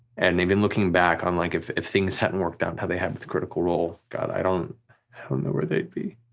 and even looking back on, like if if things hadn't worked out how they had with critical role, god, i don't know where they'd be.